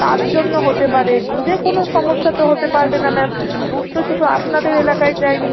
তার জন্য হতে পারে দুধে কোনো সমস্যা তো হতে পারবে না ম্যাম দুধ তো শুধু আপনাদের এলাকায় যায় নি